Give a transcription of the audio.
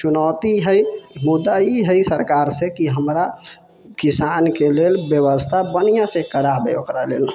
चुनौती है मुद्दा ई है सरकार से की हमरा किसान के लेल व्यवस्था बनिहा से कराबए ओकरालेल